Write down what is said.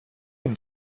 він